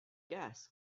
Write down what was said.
gas